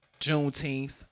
Juneteenth